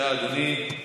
בבקשה, אדוני,